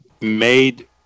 made